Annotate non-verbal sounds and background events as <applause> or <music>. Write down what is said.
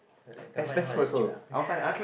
can't find the one that's cheap ah <laughs>